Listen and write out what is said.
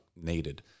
needed